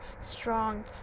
strong